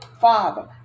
Father